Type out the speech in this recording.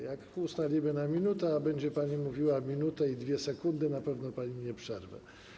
Jak ustalimy na 1 minutę, a będzie pani mówiła 1 minutę i 2 sekundy, na pewno pani nie przerwę.